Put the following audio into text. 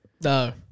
No